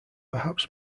perhaps